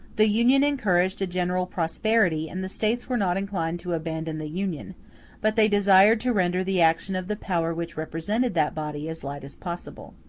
the union encouraged a general prosperity, and the states were not inclined to abandon the union but they desired to render the action of the power which represented that body as light as possible.